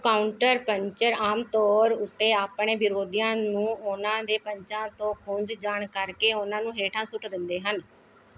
counter puncher ਆਮ ਤੌਰ ਉੱਤੇ ਆਪਣੇ ਵਿਰੋਧੀਆਂ ਨੂੰ ਉਨ੍ਹਾਂ ਦੇ ਪੰਚਾਂ ਤੋਂ ਖੁੰਝ ਜਾਣ ਕਰਕੇ ਉਨ੍ਹਾਂ ਨੂੰ ਹੇਠਾਂ ਸੁੱਟ ਦਿੰਦੇ ਹਨ